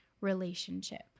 relationship